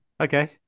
Okay